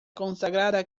consagrada